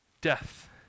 death